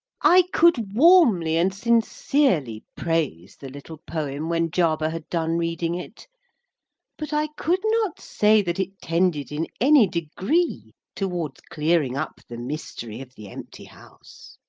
i could warmly and sincerely praise the little poem, when jarber had done reading it but i could not say that it tended in any degree towards clearing up the mystery of the empty house.